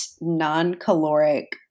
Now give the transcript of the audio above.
non-caloric